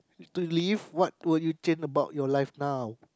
to live what will you gain about your life now